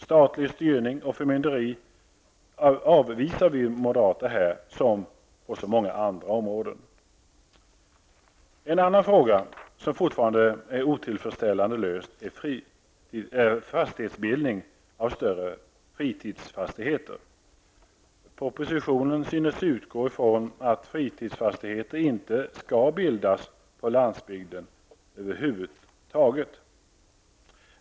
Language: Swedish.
Statlig styrning och förmynderi avvisar vi moderater här som på så många andra områden. En annan fråga, som fortfarande är otillfredsställande löst, är fastighetsbildning av större fritidsfastigheter. Propositionen synes utgå ifrån att fritidsfastigheter över huvud taget inte skall bildas på landsbygden.